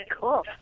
Cool